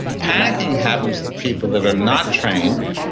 panicking happens to people that are not trained,